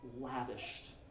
lavished